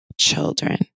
children